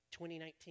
2019